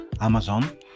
Amazon